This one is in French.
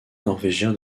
norvégien